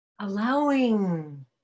allowing